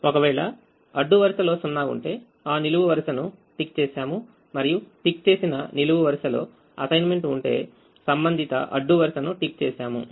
ఒకవేళ అడ్డు వరుస లో 0 ఉంటే ఆ నిలువు వరుసను టిక్ చేశాము మరియు టిక్ చేసిన నిలువు వరుసలో అసైన్మెంట్ఉంటే సంబంధితఅడ్డు వరుస ను టిక్ చేశాము